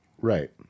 Right